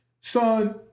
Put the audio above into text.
Son